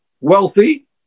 wealthy